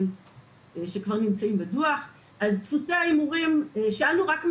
לגבי דפוסי ההימורים, שאלנו רק מהמרים,